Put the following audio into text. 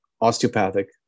osteopathic